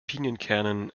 pinienkernen